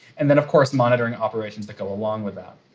and then of course, monitoring operations that go along with that.